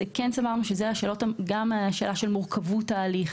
סברנו שזאת גם שאלה של מורכבות ההליך,